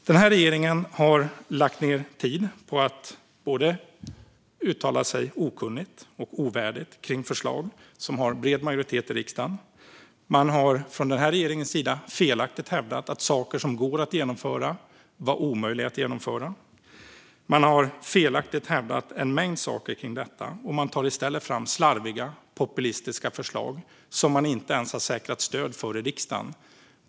Den här regeringen har lagt ned tid på att uttala sig både okunnigt och ovärdigt om förslag som har bred majoritet i riksdagen. Man har från den här regeringens sida felaktigt hävdat att saker som går att genomföra var omöjliga att genomföra. Man har felaktigt hävdat en mängd saker om detta och i stället tagit fram slarviga, populistiska förslag som man inte ens har säkrat stöd för i riksdagen.